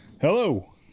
Hello